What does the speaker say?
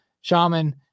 Shaman